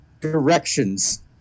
directions